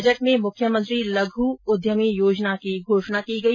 budget में मुख्यमंत्री लघु उद्यमी योजना की भी घोषणा की गई